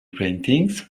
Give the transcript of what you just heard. paintings